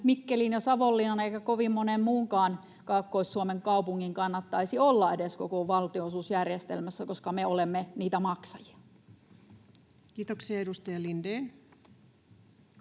Mikkelin eikä Savonlinnan eikä kovin monen muunkaan Kaakkois-Suomen kaupungin kannattaisi edes olla koko valtionosuusjärjestelmässä, koska me olemme niitä maksajia. [Speech 63]